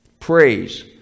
Praise